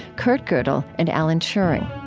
kurt godel and alan turing.